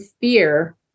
fear